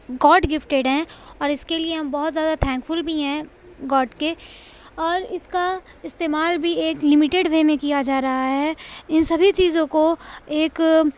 God gifted ہیں اور اس کے لیے ہم بہت زیادہ تھینک فل بھی ہیں گاڈ کے اور اس کا استعمال بھی ایک لیمیٹڈ وے میں کیا جا رہا ہے ان سبھی چیزوں کو ایک